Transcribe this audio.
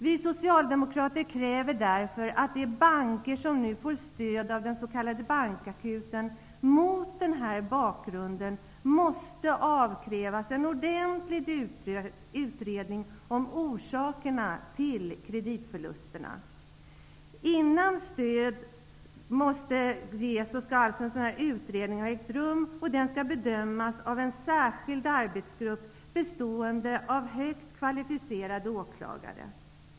Vi socialdemokrater kräver därför att de banker som nu får stöd av den s.k. bankakuten mot denna bakgrund måste avkrävas en ordentlig utredning av orsakerna till kreditförlusterna. Innan stöd ges skall alltså en sådan här utredning ha ägt rum, och den skall bedömas av en särskild arbetsgrupp bestående av högt kvalificerade åklagare.